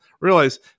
realize